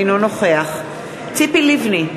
אינו נוכח ציפי לבני,